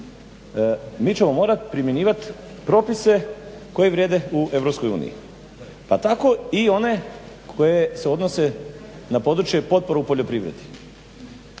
mi ćemo morati primjenjivati propise koji vrijede u EU. Pa tako i one koje se odnose na područje potpore u poljoprivredi.